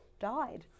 died